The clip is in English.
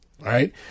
right